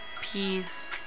peace